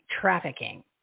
trafficking